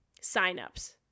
signups